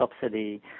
subsidy